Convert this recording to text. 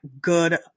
good